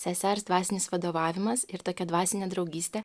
sesers dvasinis vadovavimas ir tokia dvasinė draugystė